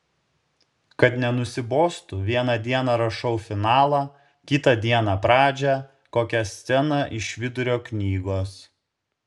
kad nenusibostų vieną dieną rašau finalą kitą dieną pradžią kokią sceną iš vidurio knygos